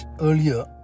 earlier